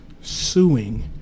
suing